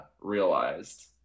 realized